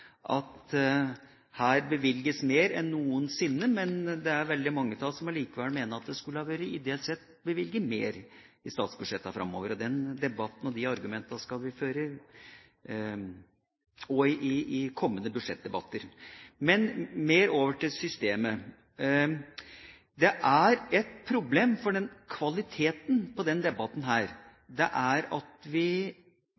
bevilges mer enn noensinne, men det er veldig mange av oss som allikevel mener at det ideelt sett burde bli bevilget mer over statsbudsjettene framover. De argumentene skal vi framføre også i kommende budsjettdebatter. Men over til systemet. Det er et problem ved kvaliteten på debatten her